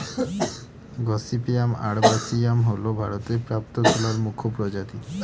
gossypium arboreum হল ভারতে প্রাপ্ত তুলার মুখ্য প্রজাতি